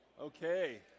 Okay